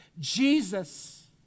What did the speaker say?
Jesus